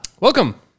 Welcome